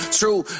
true